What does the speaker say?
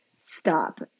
stop